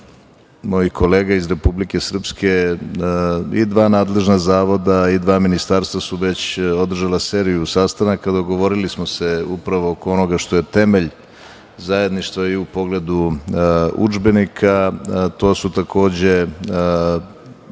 mojih kolega iz Republike Srpske i dva nadležna zavoda i dva ministarstva su već održala seriju sastanaka. Dogovorili smo se upravo oko onoga što je temelj zajedništva i u pogledu udžbenika. To su takođe